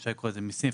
אפשר לקרוא לזה מיסים,